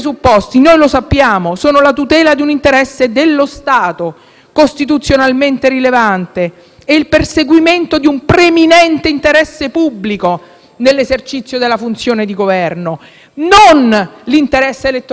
e il perseguimento di un preminente interesse pubblico nell'esercizio della funzione di Governo: non l'interesse elettorale della Lega e del suo capo Salvini. In entrambi i casi è la Costituzione, non la politica,